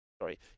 sorry